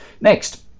Next